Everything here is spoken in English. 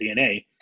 DNA